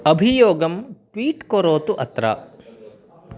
अभियोगं ट्वीट् करोतु अत्र